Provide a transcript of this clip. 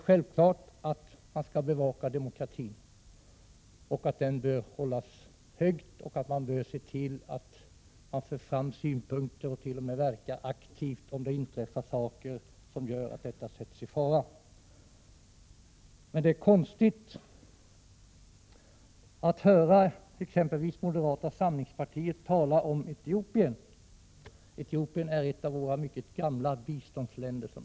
Självklart skall demokratin bevakas och hållas högt. Man bör också framföra synpunkter och t.o.m. verka aktivt om det inträffar saker som gör att demokratin sätts i fara. Det känns konstigt att höra representanter från moderata samlingspartiet tala om Etiopien som, vilket alla känner till, är ett av våra mycket gamla biståndsländer.